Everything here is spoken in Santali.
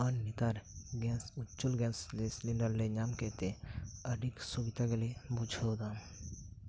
ᱟᱨ ᱱᱮᱛᱟᱨ ᱜᱮᱥ ᱩᱡᱽᱡᱚᱞ ᱜᱮᱥ ᱥᱤᱞᱤᱱᱰᱟᱨ ᱞᱮ ᱧᱟᱢ ᱠᱮᱫ ᱛᱮ ᱟᱹᱰᱤ ᱥᱩᱵᱤᱫᱷᱟ ᱜᱮᱞᱮ ᱵᱩᱡᱷᱟᱹᱣ ᱮᱫᱟ